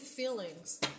Feelings